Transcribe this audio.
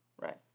Right